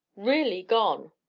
really gone!